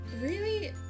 really-